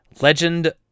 Legend